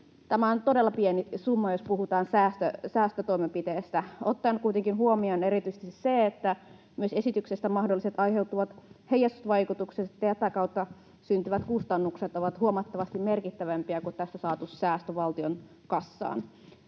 Tämä on todella pieni summa, jos puhutaan säästötoimenpiteestä, ottaen kuitenkin huomion erityisesti sen, että esityksestä myös mahdollisesti aiheutuvat heijastusvaikutukset ja tätä kautta syntyvät kustannukset ovat huomattavasti merkittävämpiä kuin tästä saatu säästö valtion kassaan.